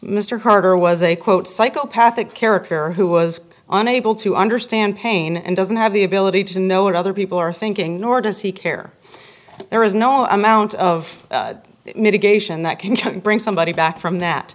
mr carter was a quote psychopathic character who was unable to understand pain and doesn't have the ability to know what other people are thinking nor does he care there is no amount of mitigation that can bring somebody back from that